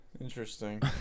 Interesting